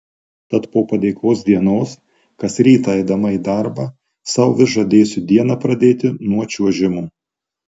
tad po padėkos dienos kas rytą eidama į darbą sau vis žadėsiu dieną pradėti nuo čiuožimo